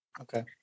Okay